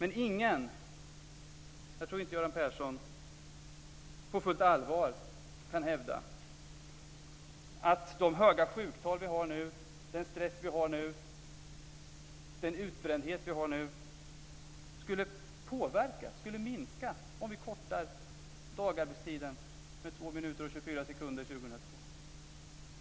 Men ingen, inte heller Göran Persson, tror jag, kan på fullt allvar hävda att de höga sjuktal vi har nu, den stress vi har nu och den utbrändhet vi har nu skulle påverkas och minska om vi kortar dagarbetstiden med 2 minuter och 24 sekunder 2002.